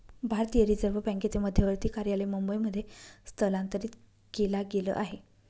भारतीय रिझर्व बँकेचे मध्यवर्ती कार्यालय मुंबई मध्ये स्थलांतरित केला गेल आहे